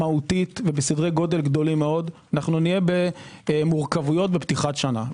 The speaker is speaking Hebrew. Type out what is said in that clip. מהותית ובסדרי גודל גדולים מאוד נהיה במורכבויות בפתיחת שנה.